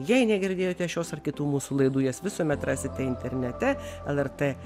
jei negirdėjote šios ar kitų mūsų laidų jas visuomet rasite internete lrt